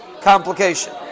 complication